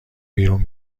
بیرون